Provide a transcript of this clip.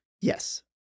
Yes